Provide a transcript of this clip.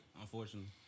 unfortunately